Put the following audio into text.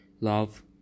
love